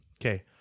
Okay